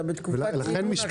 אתה בתקופת צינון עכשיו.